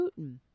Putin